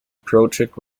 project